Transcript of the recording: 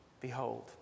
Behold